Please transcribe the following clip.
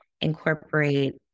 incorporate